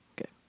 Okay